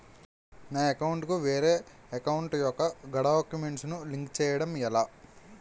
నా అకౌంట్ కు వేరే అకౌంట్ ఒక గడాక్యుమెంట్స్ ను లింక్ చేయడం ఎలా?